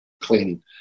cleaning